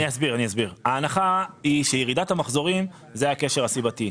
ההנחה היא שירידת המחזורים היא הקשר הסיבתי.